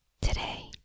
Today